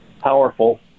powerful